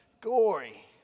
gory